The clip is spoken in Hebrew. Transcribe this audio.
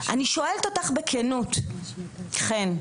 אני שואלת אותך בכנות, חן,